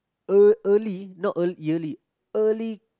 uh early not early yearly early